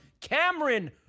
Cameron